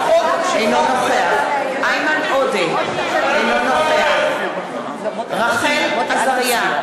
אינו נוכח איימן עודה, אינו נוכח רחל עזריה,